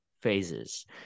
phases